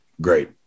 great